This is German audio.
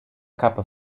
kappe